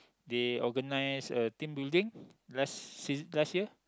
they organise a team building last last year